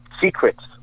secrets